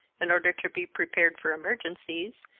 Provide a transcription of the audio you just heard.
in order to be prepared for emergencies,